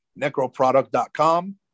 necroproduct.com